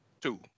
Two